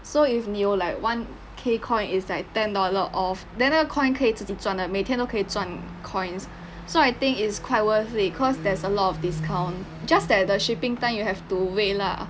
so if 你有 like one K coin is like ten dollar off then 那个 coin 可以自己赚的每天都可以赚 coins so I think it's quite worth it cause there's a lot of discount just that the shipping time you have to wait lah